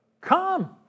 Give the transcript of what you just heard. come